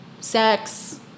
sex